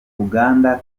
uganda